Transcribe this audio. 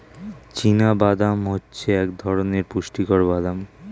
চীনা বাদাম হচ্ছে এক ধরণের পুষ্টিকর বাদাম